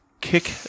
kick